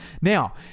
Now